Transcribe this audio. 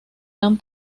han